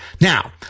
Now